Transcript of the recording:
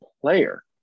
player